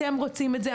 אתם רוצים את זה,